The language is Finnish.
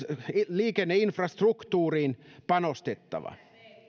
liikenneinfrastruktuuriin panostettava